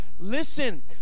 Listen